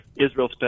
Israel